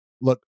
look